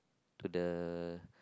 to the